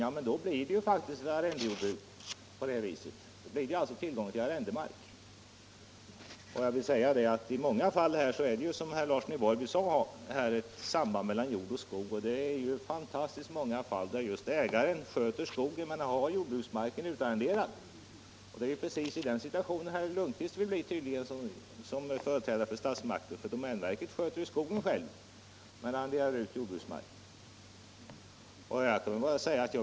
Ja, men då blir det ju faktiskt ett arrendejordbruk, och då blir det alltså tillgång till arrendemark. I många fall är det, som herr Larsson i Borrby sade, ett samband mellan jord och skog. I fantastiskt många fall sköter ägaren skogen men har jordbruksmarken utarrenderad. Det är precis i den situationen herr Lundkvist tydligen vill komma som företrädare för statsmakterna. Domänverket sköter ju skogen själv men arrenderar ut jordbruksmark.